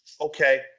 okay